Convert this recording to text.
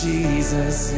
Jesus